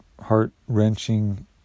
heart-wrenching